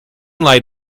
light